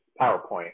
PowerPoint